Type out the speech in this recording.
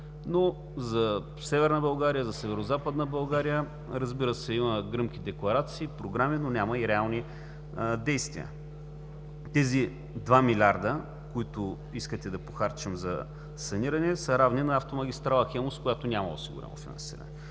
но за Северна България, за Северозападна България, разбира се, има гръмки декларации, програми, но няма и реални действия. Тези два милиарда, които искате да похарчим за саниране, са равни на автомагистрала „Хемус“, която няма осигурено финансиране.